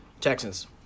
Texans